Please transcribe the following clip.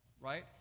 right